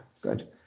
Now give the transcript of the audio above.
Good